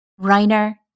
Reiner